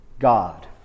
god